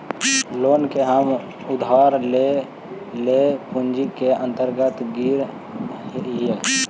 loan के हम उधार लेल गेल पूंजी के अंतर्गत गिनऽ हियई